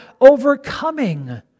overcoming